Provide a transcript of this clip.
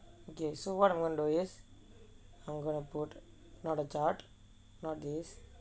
okay so what I'm going to do is I'm gonna put not a chart not this